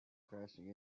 crashing